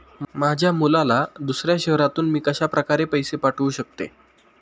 माझ्या मुलाला दुसऱ्या शहरातून मी कशाप्रकारे पैसे पाठवू शकते?